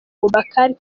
boubacar